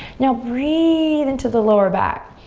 now breathe into the lower back.